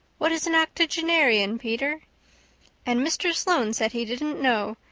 what is an octogenarian, peter and mr. sloane said he didn't know,